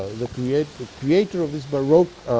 the creator ah creator of these baroque